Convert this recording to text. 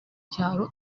cyaro